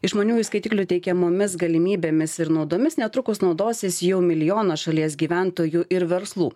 išmaniųjų skaitiklių teikiamomis galimybėmis ir naudomis netrukus naudosis jau milijonas šalies gyventojų ir verslų